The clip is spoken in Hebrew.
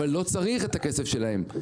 אבל לא צריך את הכסף שלהם.